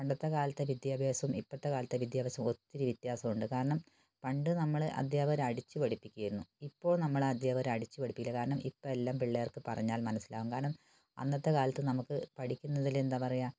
പണ്ടത്തെക്കാലത്ത് വിദ്യാഭ്യാസവും ഇപ്പോഴത്തെക്കാലത്തെ വിദ്യാഭ്യാസവും ഒത്തിരി വ്യത്യാസവുണ്ട് കാരണം പണ്ടു നമ്മളെ അദ്ധൃപകർ അടിച്ചു പഠിപ്പിക്കുകയായിരുന്നു ഇപ്പോൾ നമ്മളെ അദ്ധൃപകർ അടിച്ചു പഠിപ്പിക്കില്ല കാരണം ഇപ്പം എല്ലാം പിള്ളേര്ക്ക് പറഞ്ഞാല് മനസ്സിലാവും കാരണം അന്നത്തെക്കാലത്ത് നമുക്ക് പഠിക്കുന്നത്തില് എന്താ പറയുക